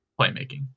playmaking